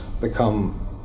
become